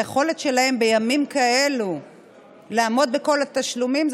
היכולת שלהם בימים כאלה לעמוד בכל התשלומים,